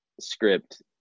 script